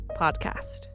podcast